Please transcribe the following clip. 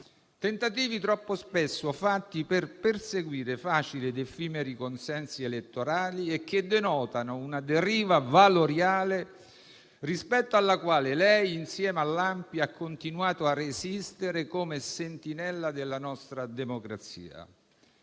questi, troppo spesso fatti per perseguire facili ed effimeri consensi elettorali e che denotano una deriva valoriale rispetto alla quale lei, insieme all'ANPI, ha continuato a resistere come sentinella della nostra democrazia.